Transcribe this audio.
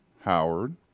Howard